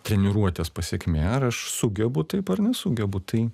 treniruotės pasekmė ar aš sugebu taip ar nesugebu tai